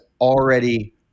already